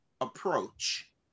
approach